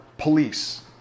police